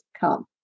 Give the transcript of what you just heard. come